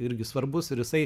irgi svarbus ir jisai